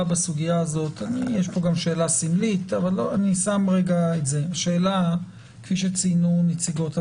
בסוגיה הזאת יש פה גם שאלה סמלית כפי שציינו נציגות המשטרה,